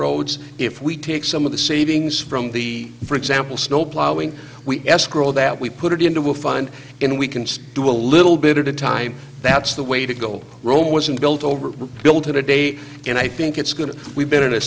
roads if we take some of the savings from the for example snowplowing we escrow that we put it into we'll find in we can do a little bit at a time that's the way to go rome wasn't built over built to the day and i think it's going to we've been in a